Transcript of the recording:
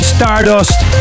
Stardust